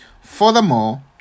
Furthermore